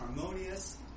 harmonious